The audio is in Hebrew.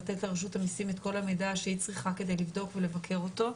לתת לרשות המיסים את כל המידע שהיא צריכה כדי לבדוק ולבקר אותו.